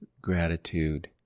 gratitude